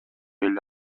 эле